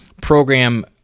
program